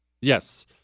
yes